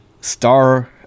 star